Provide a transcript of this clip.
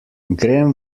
grem